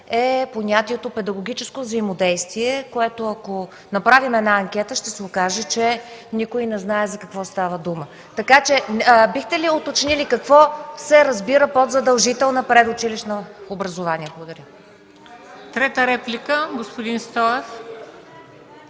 е понятието „педагогическо взаимодействие”, което, ако направим анкета, ще се окаже, че никой не знае за какво става дума. Така че бихте ли уточнили какво се разбира под задължително предучилищно образование? Благодаря. ПРЕДСЕДАТЕЛ МЕНДА